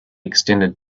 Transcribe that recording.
extended